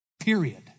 period